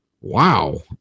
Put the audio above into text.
Wow